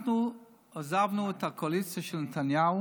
אנחנו עזבנו את הקואליציה של נתניהו